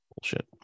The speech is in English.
Bullshit